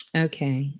okay